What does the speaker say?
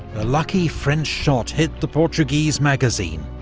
a lucky french shot hit the portuguese magazine,